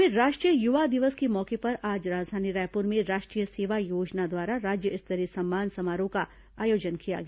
वहीं राष्ट्रीय युवा दिवस के मौके पर आज राजधानी रायपुर में राष्ट्रीय सेवा योजना द्वारा राज्य स्तरीय सम्मान समारोह का आयोजन किया गया